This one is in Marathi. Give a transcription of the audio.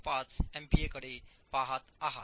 05 एमपीएकडे पहात आहात